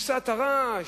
כבשת הרש,